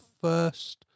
first